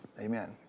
Amen